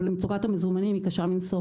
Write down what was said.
אבל מצוקת המזומנים היא קשה מנשוא.